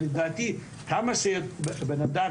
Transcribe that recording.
לדעתי כמה שבנאדם